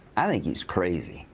i think he's crazy.